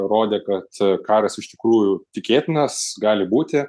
rodė kad karas iš tikrųjų tikėtinas gali būti